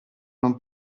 non